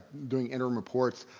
doing interim reports,